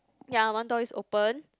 ya one door is open